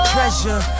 Treasure